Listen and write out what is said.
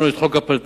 לנו יש חוק הפלת"ד,